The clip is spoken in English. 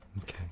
Okay